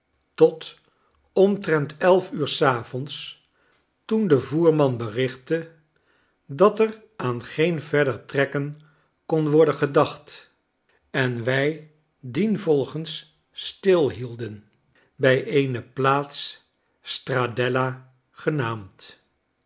tot omtrent elf uur j s avonds toen de voerman berichtte dat er aan geen verder trekken kon worden gedacht en wij dienvolgens stilhielden bij eene plaats